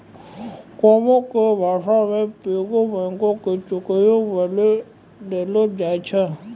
गांवो के भाषा मे पिग्गी बैंको के चुकियो बोलि देलो जाय छै